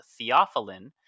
theophylline